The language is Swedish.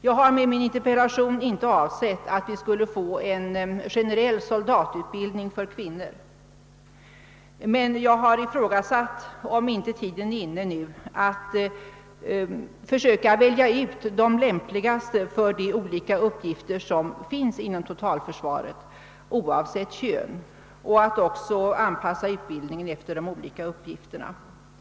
Jag har med min interpellation inte avsett att vi skulle få en generell soldatutbildning för kvinnor, men jag har ifrågasatt, om inte tiden nu är inne att oavsett kön försöka välja ut de lämpligaste för de olika uppgifter som finns inom totalförsvaret och att anpassa utbildningen efter de olika uppgifterna.